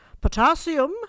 Potassium